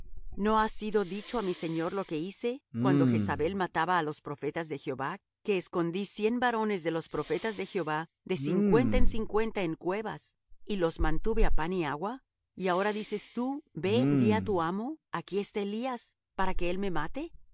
no ha sido dicho á mi señor lo que hice cuando jezabel mataba á los profetas de jehová que escondí cien varones de los profetas de jehová que escondí cien varones de los profetas de jehová de cincuenta en cincuenta en cuevas y los mantuve á pan y agua y ahora dices tú ve di á tu amo aquí está elías para que él me mate